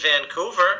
Vancouver